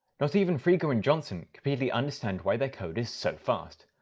not even frigo and johnson completely understand why their code is so fast,